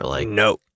No